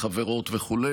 לחברות וכו',